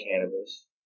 cannabis